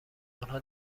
آنها